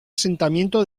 asentamiento